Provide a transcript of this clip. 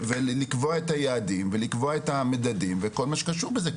לקבוע את היעדים ואת המדדים וכל מה שקשור בזה.